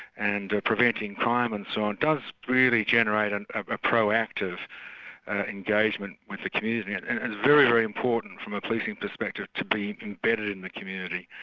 and preventing crime and so on, does really generate and a proactive engagement with the community, and it's and and very, very important from a policing perspective, to be embedded in the community.